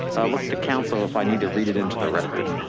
i look to counsel, if i need to read it into the record.